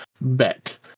bet